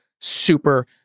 Super